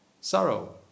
sorrow